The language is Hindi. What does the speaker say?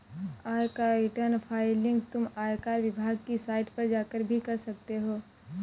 आयकर रिटर्न फाइलिंग तुम आयकर विभाग की साइट पर जाकर भी कर सकते हो